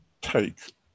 take